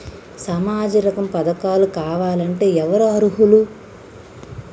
సామాజిక రంగ పథకాలు కావాలంటే ఎవరు అర్హులు?